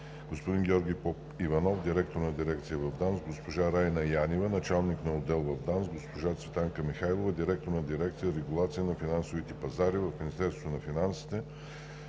господин Георги Попиванов – директор на дирекция в ДАНС, госпожа Райна Янева – началник на отдел в ДАНС; госпожа Цветанка Михайлова – директор на дирекция „Регулация на финансовите пазари“ в Министерството на финансите,